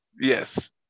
Yes